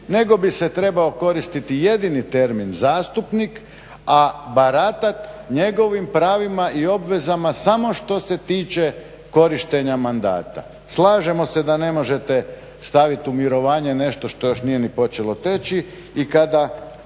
nego bi se trebao koristiti jedini termin zastupnik, a baratati njegovim pravima i obvezama samo što se tiče korištenja mandata. Slažemo se da ne možete staviti u mirovanje nešto što još nije ni počelo teći i kada